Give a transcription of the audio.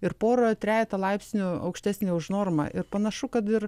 ir porą trejetą laipsnių aukštesnė už normą ir panašu kad ir